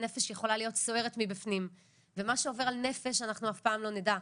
הנפש יכולה להיות סוערת מבפנים ומה שעובר על נפש אנחנו אף פעם לא נדע.